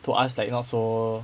to us like not so